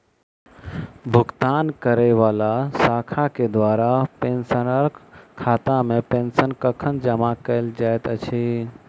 भुगतान करै वला शाखा केँ द्वारा पेंशनरक खातामे पेंशन कखन जमा कैल जाइत अछि